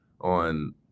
on